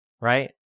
right